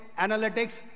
analytics